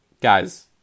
Guys